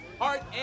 Heart